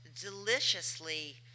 deliciously